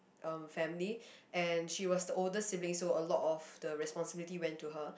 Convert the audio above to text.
um family and she was the oldest sibling so a lot of the responsibility went to her